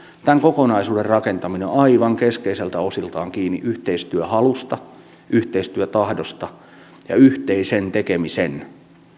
tämän kokonaisuuden rakentaminen on aivan keskeisiltä osiltaan kiinni yhteistyöhalusta yhteistyötahdosta ja yhteisestä tekemisestä